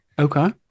Okay